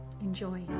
Enjoy